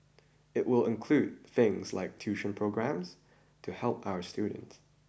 it will include things like tuition programmes to help our students